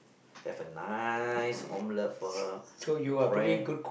have a nice omelette for her bread